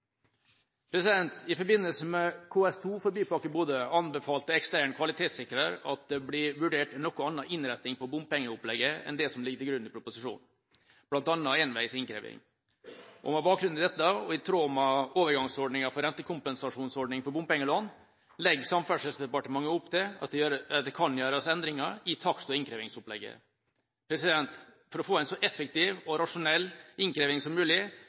forbindelse med KS2 for Bypakke Bodø anbefalte ekstern kvalitetssikrer at det blir vurdert en noe annen innretning på bompengeopplegget enn det som ligger til grunn i proposisjonen, bl.a. enveis innkreving. Med bakgrunn i dette og i tråd med overgangsordningen for rentekompensasjonsordning for bompengelån legger Samferdselsdepartementet opp til at det kan gjøres endringer i takst- og innkrevingsopplegget. For å få en så effektiv og rasjonell innkreving som mulig